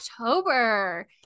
October